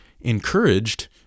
encouraged